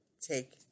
take